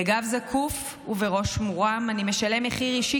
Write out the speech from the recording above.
בגב זקוף ובראש מורם אני משלם מחיר אישי